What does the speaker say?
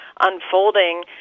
unfolding